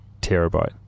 terabyte